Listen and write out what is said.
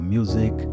Music